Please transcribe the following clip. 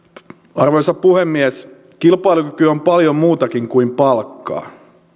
arvoisa puhemies kilpailukyky on paljon muutakin kuin palkkaa